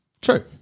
True